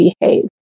behave